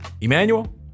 Emmanuel